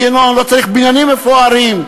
מנגנון מנופח,